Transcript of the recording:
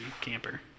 camper